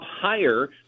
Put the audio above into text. higher